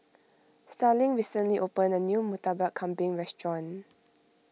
Starling recently opened a new Murtabak Kambing restaurant